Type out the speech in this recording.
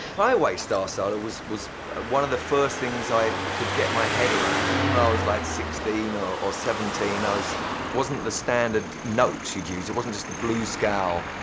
highway star solo was was one of the first things i could get my head around. even when i was like sixteen you know or seventeen, ah it wasn't the standard notes you'd use. it wasn't just the blues scale.